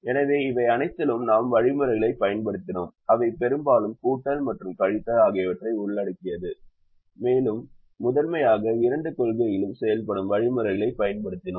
எனவே இவை அனைத்திலும் நாம் வழிமுறைகளைப் பயன்படுத்தினோம் அவை பெரும்பாலும் கூட்டல் மற்றும் கழித்தல் ஆகியவற்றை உள்ளடக்கியது மேலும் முதன்மையாக இரண்டு கொள்கைகளில் செயல்படும் வழிமுறைகளைப் பயன்படுத்தினோம்